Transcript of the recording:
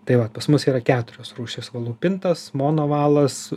tai vat pas mus yra keturios rūšys valų pintas monovalas